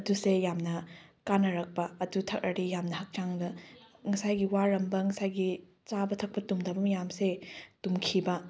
ꯑꯗꯨꯁꯦ ꯌꯥꯝꯅ ꯀꯥꯟꯅꯔꯛꯄ ꯑꯗꯨ ꯊꯛꯑꯗꯤ ꯌꯥꯝꯅ ꯍꯛꯆꯥꯡꯗ ꯉꯁꯥꯏꯒꯤ ꯋꯥꯔꯝꯕ ꯉꯁꯥꯏꯒꯤ ꯆꯥꯕ ꯊꯛꯄ ꯇꯨꯝꯗꯕ ꯃꯌꯥꯝꯁꯦ ꯇꯨꯝꯈꯤꯕ